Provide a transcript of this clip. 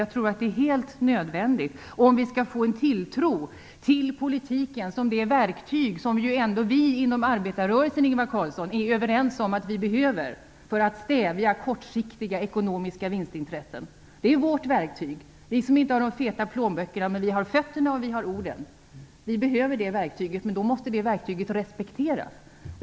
Jag tror att det är helt nödvändigt om vi skall få en tilltro till politiken som det verktyg som ju vi inom arbetarrörelsen, Ingvar Carlsson, ändå är överens om att vi behöver för att stävja kortsiktiga ekonomiska vinstintressen. Det är verktyget för oss som inte har de feta plånböckerna, men som har fötterna och orden. Vi behöver det verktyget, men då måste det respekteras.